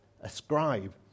Ascribe